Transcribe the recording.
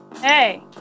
hey